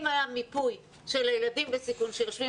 אם היה מיפוי של הילדים בסיכון שיושבים